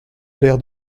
clair